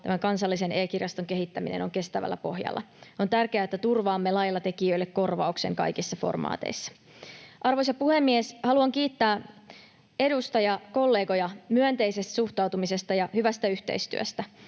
kansallisen e-kirjaston kehittäminen on kestävällä pohjalla. On tärkeää, että turvaamme lailla tekijöille korvauksen kaikissa formaateissa. Arvoisa puhemies! Haluan kiittää edustajakollegoja myönteisestä suhtautumisesta ja hyvästä yhteistyöstä.